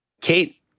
Kate